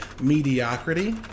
mediocrity